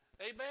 Amen